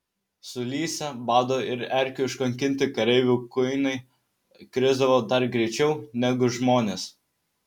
sulysę bado ir erkių iškankinti kareivių kuinai krisdavo dar greičiau negu žmonės